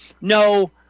no